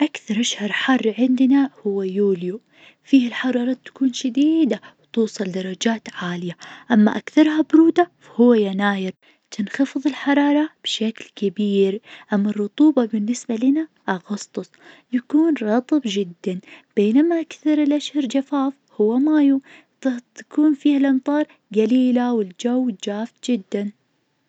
أكثر شهر حار عندنا هو يوليو فيه الحرارة تكون شديدة وتوصل درجات عالية. أما أكثرها برودة فهو يناير تنخفظ الحرارة بشكل كبير أما الرطوبة بالنسبة لنا أغسطس يكون رطب جدا، بينما أكثر الأشهر جفاف هو مايو ت- تكون فيه الأمطار قليلة والجو جاف جدا.